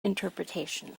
interpretation